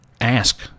ask